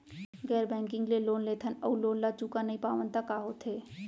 गैर बैंकिंग ले लोन लेथन अऊ लोन ल चुका नहीं पावन त का होथे?